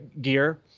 gear